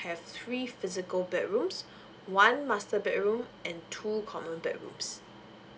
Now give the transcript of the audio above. have three physical bedrooms one master bedroom and two common bedrooms